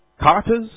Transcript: Carters